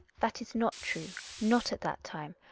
that is not true. not at that time,